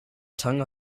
tongue